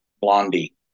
Blondie